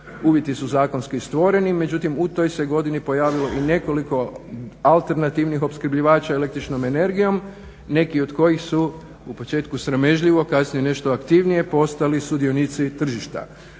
uvjeti su zakonski stvoreni, međutim u toj se godini pojavilo i nekoliko alternativnih opskrbljivača električnom energijom, neki od kojih su u početku sramežljivo, a kasnije nešto aktivnije postali sudionici tržišta.